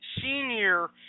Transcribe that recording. senior